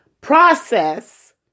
process